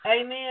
Amen